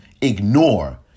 ignore